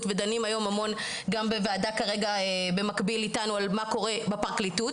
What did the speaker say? ודנים גם בוועדה במקביל אלינו על מה קורה בפרקליטות.